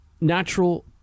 natural